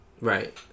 Right